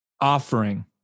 offering